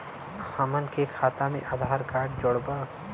हमन के खाता मे आधार कार्ड जोड़ब?